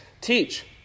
teach